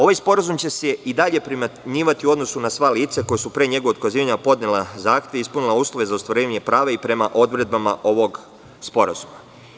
Ovaj sporazum će se i dalje primenjivati u odnosu na sva lica koja su pre njegovog otkazivanja podnela zahtev i ispunila uslove za ostvarenje prava i prema odredbama ovog sporazuma.